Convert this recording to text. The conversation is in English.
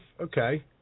Okay